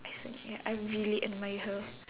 I think ya I really admire her